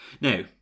Now